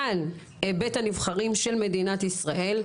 כאן בית הנבחרים של מדינת ישראל,